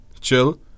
chill